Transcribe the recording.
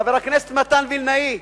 חבר הכנסת מתן וילנאי,